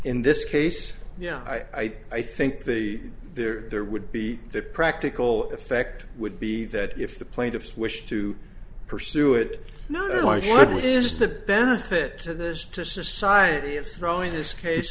in this case yeah i i think the there there would be the practical effect would be that if the plaintiffs wish to pursue it now why shouldn't is the benefit to this to society of throwing this case